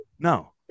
No